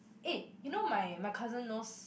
eh you know my my cousin knows